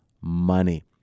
money